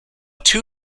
two